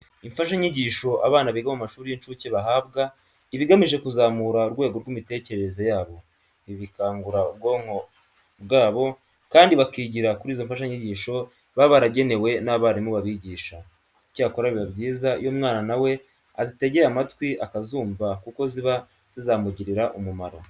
Imfashanyigisho abana biga mu mashuri y'incuke bahabwa, iba igamije kuzamura urwego rw'imitekerereze yabo. Ibi bikangura ubwonko bwabo kandi bakigira kuri izo mfashanyigisho baba baragenewe n'abarimu babigisha. Icyakora, biba byiza iyo umwana na we azitegeye amatwi akazumva kuko ziba zizamugirira umumaro.